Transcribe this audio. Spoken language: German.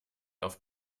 auf